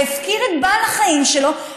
הפקיר את בעל החיים שלו,